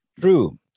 True